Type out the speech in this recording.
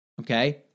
Okay